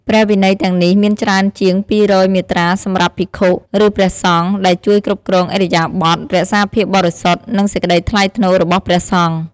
ព្រះវិន័យទាំងនេះមានច្រើនជាង ២០០ មាត្រាសម្រាប់ភិក្ខុ ឬព្រះសង្ឃ ដែលជួយគ្រប់គ្រងឥរិយាបថ រក្សាភាពបរិសុទ្ធ និងសេចក្ដីថ្លៃថ្នូររបស់ព្រះសង្ឃ។